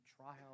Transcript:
trial